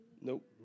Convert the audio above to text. Nope